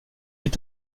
est